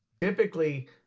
Typically